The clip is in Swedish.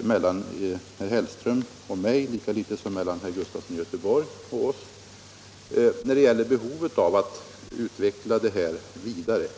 mellan herr Hellström och mig lika litet som mellan herr Sven Gustafson i Göteborg och oss två när det gäller behovet av en vidareutveckling.